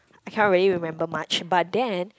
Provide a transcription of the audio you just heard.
I cannot really remember much but then